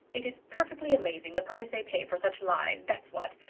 it is perfectly amazing, the price they pay for such lies, that's what,